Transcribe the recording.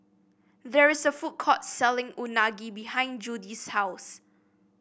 there is a food court selling Unagi behind Judie's house